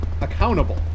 accountable